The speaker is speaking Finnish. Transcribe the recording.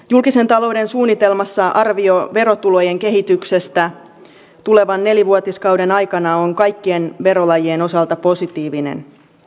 julkisen talouden suunnitelmassa arvio verotulojen kehityksestä tulevan nelivuotiskauden aikana on kaikkien verolajien osalta positiivinen